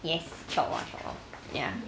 yes inshallah inshallah ya